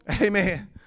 Amen